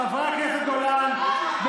חבר הכנסת עודה, חבר הכנסת עודה.